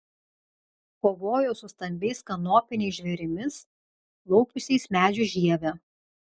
kovojo su stambiais kanopiniais žvėrimis laupiusiais medžių žievę